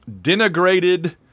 denigrated